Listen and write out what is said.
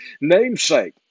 namesake